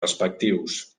respectius